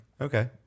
Okay